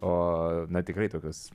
o na tikrai tokios